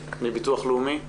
מביטוח לאומי?